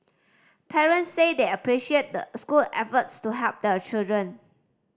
parents said they appreciated the school efforts to help their children